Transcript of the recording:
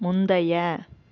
முந்தைய